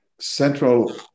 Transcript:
central